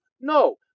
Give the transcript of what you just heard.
no